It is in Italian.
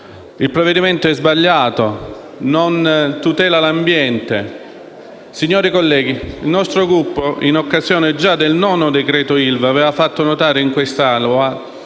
Il provvedimento è sbagliato e non tutela l'ambiente. Signori colleghi, il nostro Gruppo, già in occasione del nono decreto ILVA, aveva fatto notare in quest'Aula